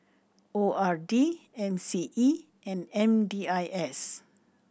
O R D M C E and M D I S